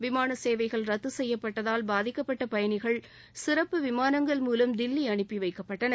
விமான சேவைகள் ரத்து செய்யப்பட்டதால் பாதிக்கப்பட்ட பயணிகள் சிறப்பு விமானங்கள் மூலம் தில்லி அனுப்பி வைக்கப்பட்டனர்